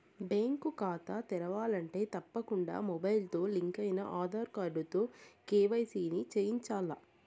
bank కాతా తెరవాలంటే తప్పకుండా మొబయిల్తో లింకయిన ఆదార్ కార్డుతో కేవైసీని చేయించాల్ల